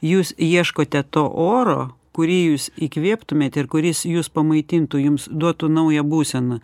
jūs ieškote to oro kurį jūs įkvėptumėt ir kuris jus pamaitintų jums duotų naują būseną